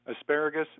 Asparagus